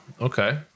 Okay